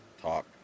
talk